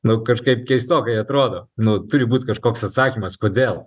nu kažkaip keistokai atrodo nu turi būt kažkoks atsakymas kodėl